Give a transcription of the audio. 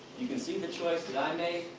you can see the choice that i make.